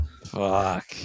Fuck